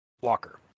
Walker